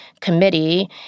committee